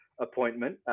appointment